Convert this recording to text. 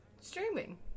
streaming